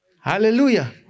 Hallelujah